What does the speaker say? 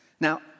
Now